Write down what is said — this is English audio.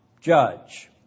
judge